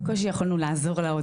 בקושי יכולנו לעזור לה.